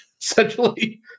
essentially